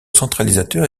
centralisateur